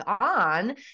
on